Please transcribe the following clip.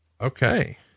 Okay